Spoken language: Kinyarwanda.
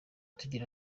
tugira